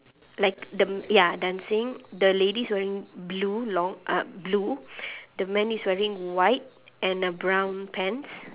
like the ya dancing the lady is wearing blue long uh blue the man is wearing white and a brown pants